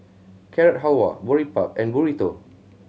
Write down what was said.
Carrot Halwa Boribap and Burrito